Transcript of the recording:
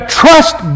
trust